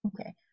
Okay